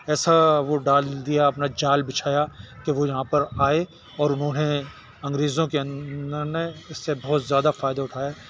ایسا وہ ڈال دیا اپنا جال بچھایا کہ وہ یہاں پر آئے اور وہ ہیں انگریزوں کے انہوں نے اس سے بہت زیادہ فائدے اٹھائے